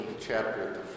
chapter